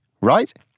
right